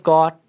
God